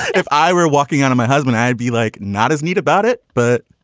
if i were walking out of my husband, i'd be like, not as neat about it. but,